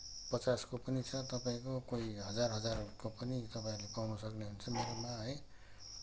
पचासको पनि छ तपाईँको कोही हजार हजारहरूको पनि तपाईँहरूले पाउन सक्नुहुन्छ मेरोमा है